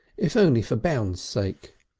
if only for bounds' sake.